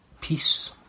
Peace